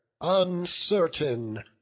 uncertain